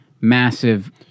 massive